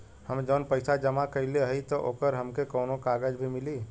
हम जवन पैसा जमा कइले हई त ओकर हमके कौनो कागज भी मिली?